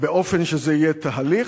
באופן שזה יהיה תהליך,